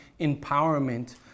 empowerment